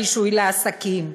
ברישוי עסקים,